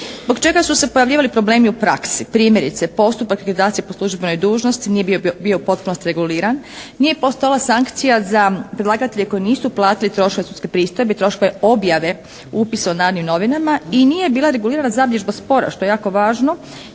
zbog čega su se pojavljivali problemi u praksi. Primjerice postupak akreditacije po službenoj dužnosti nije bio u potpunosti reguliran. Nije postojala sankcija za predlagatelje koji nisu platili trošak sudske pristojbe i troškove objave upisa u "Narodnim novinama". I nije bila regulirana zabilježba spora, što je jako važno,